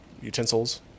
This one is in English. utensils